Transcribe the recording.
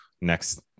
next